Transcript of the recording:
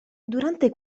durante